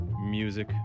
music